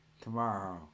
tomorrow